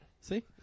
See